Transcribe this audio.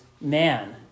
man